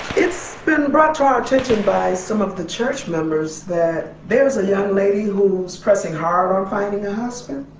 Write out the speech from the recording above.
it's been brought to our attention by some of the church members that there's a young lady who's pressing hard on finding a husband